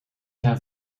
zijn